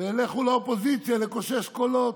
לכו לאופוזיציה לקושש קולות".